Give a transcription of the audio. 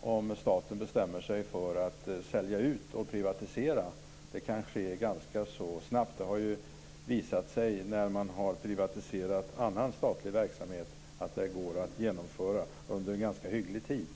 om staten bestämmer sig för att sälja ut och privatisera. Det kan ske ganska så snabbt. Det har visat sig när man har privatiserat annan statlig verksamhet att det går att genomföra på ganska hygglig tid.